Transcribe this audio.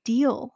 Deal